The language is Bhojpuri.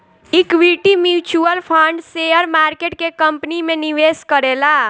equity mutual fund share market के कंपनी में निवेश करेला